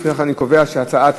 לפיכך אני קובע שהצעת